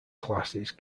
classes